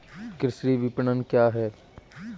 कृषि विपणन क्या है?